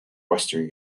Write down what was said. western